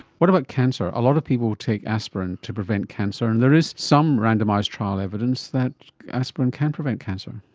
what about cancer? a lot of people take aspirin to prevent cancer and there is some randomised trial evidence that aspirin can prevent cancer.